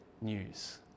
news